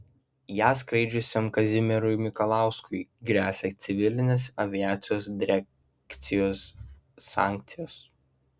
ja skraidžiusiam kazimierui mikalauskui gresia civilinės aviacijos direkcijos sankcijos